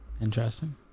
Interesting